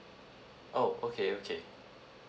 oh okay okay